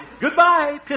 Goodbye